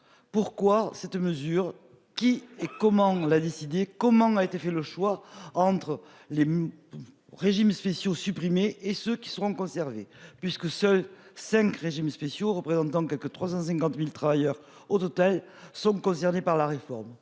Pourquoi cette mesure qui et comment la décider comment a été fait, le choix entre les. Régimes spéciaux supprimés et ceux qui seront conservés puisque seuls 5 régimes spéciaux représentant quelque 350.000 travailleurs au total sont concernés par la réforme.